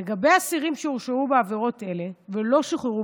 לגבי אסירים שהורשעו בעבירות אלה ולא שוחררו